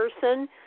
person